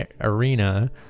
arena